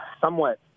somewhat